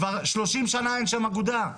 כבר שלושים שנה אין שם אגודה.